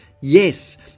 Yes